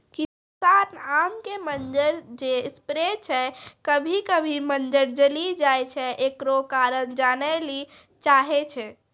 किसान आम के मंजर जे स्प्रे छैय कभी कभी मंजर जली जाय छैय, एकरो कारण जाने ली चाहेय छैय?